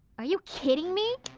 are you kidding me!